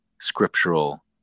scriptural